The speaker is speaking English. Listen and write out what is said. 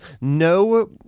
no